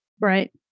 Right